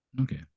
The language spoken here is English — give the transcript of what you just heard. Okay